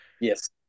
yes